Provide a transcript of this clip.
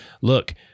look –